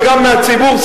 וגם מהציבור,